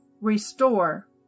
restore